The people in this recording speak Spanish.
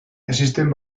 existen